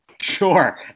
Sure